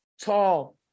tall